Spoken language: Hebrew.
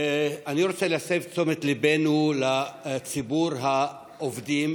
אני רוצה להסב את תשומת ליבנו לציבור העובדים